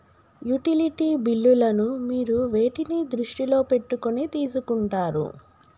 Utility బిల్లులను మీరు వేటిని దృష్టిలో పెట్టుకొని తీసుకుంటారు?